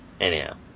Anyhow